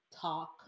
Talk